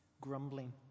grumbling